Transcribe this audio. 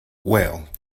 well